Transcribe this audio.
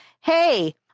Hey